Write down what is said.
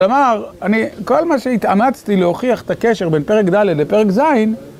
כל מה שהתאמצתי להוכיח את הקשר בין פרק ד' לפרק ז'